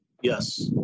Yes